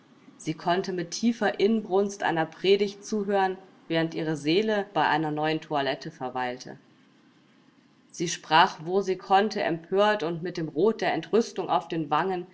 sie konnte mit tiefer inbrunst einer predigt zuhören während ihre seele bei einer neuen toilette verweilte sie sprach wo sie konnte empört und mit dem rot der entrüstung auf den wangen